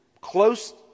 close